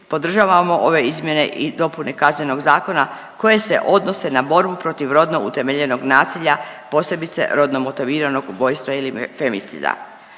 Podržavamo ove izmjene i dopune Kaznenog zakona koje se odnose na borbu protiv rodno utemeljenog nasilja posebice rodno motiviranog ubojstva ili femicida.